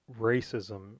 racism